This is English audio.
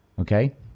okay